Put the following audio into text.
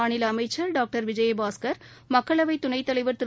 மாநில அமைச்சர் டாக்டர் விஜயபாஸ்கர் மக்களவைத் துணைத் தலைவர் திரு